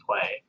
play